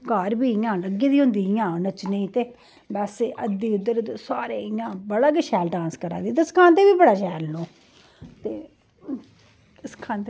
घर बी इंया लग्गी दी होंदी इंया नच्चने गी ते बस अद्धी उद्धर ते सारे इंया अग्गें उआं ते बड़ा गै शैल डांस करा दी ते बाऽ सखांदे बी बड़ा शैल न ओह् ते सखांदे